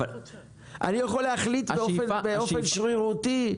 אני יכול להחליט באופן שרירותי,